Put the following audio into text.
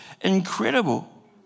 incredible